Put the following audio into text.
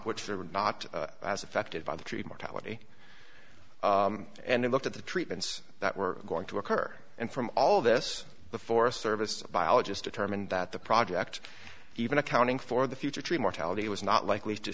which there were not as affected by the tree mortality and they looked at the treatments that were going to occur and from all of this the forest service biologist determined that the project even accounting for the future tree mortality was not likely to